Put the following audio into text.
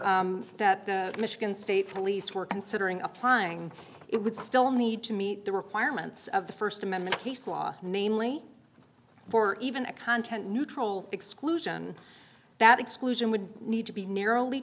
rule that the michigan state police were considering applying it would still need to meet the requirements of the first amendment case law namely for even a content neutral exclusion that exclusion would need to be narrowly